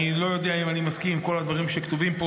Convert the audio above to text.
אני לא יודע אם אני מסכים עם כל הדברים שכתובים פה.